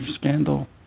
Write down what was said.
scandal